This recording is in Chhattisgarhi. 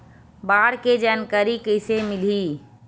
बाढ़ के जानकारी कइसे मिलही?